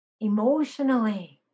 emotionally